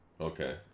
Okay